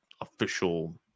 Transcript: official